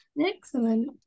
Excellent